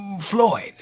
Floyd